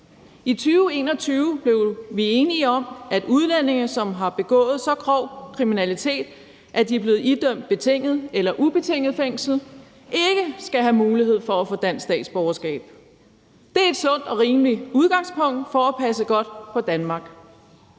I 2021 blev vi enige om, at udlændinge, som har begået så grov kriminalitet, at de er blevet idømt betinget eller ubetinget fængsel, ikke skal have mulighed for at få dansk statsborgerskab. Det er et sundt og rimeligt udgangspunkt for at passe godt på Danmark.